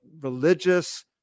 religious